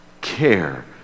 care